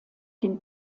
den